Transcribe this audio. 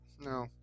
No